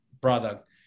product